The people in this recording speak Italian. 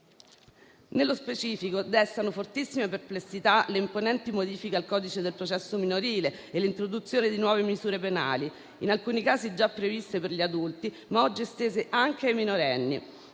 Nello specifico, destano fortissime perplessità le imponenti modifiche al codice del processo minorile e l'introduzione di nuove misure penali, in alcuni casi già previste per gli adulti, ma oggi estese anche ai minorenni,